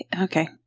Okay